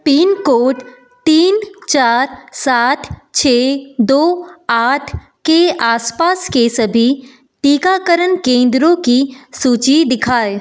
pin code तीन चार सात छः दो आठ के आसपास के सभी टीकाकरण केंद्रों की सूचि दिखाएँ